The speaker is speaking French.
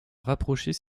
rapprocher